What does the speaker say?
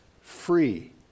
free